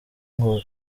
ngo